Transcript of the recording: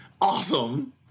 Awesome